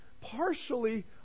partially